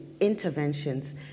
interventions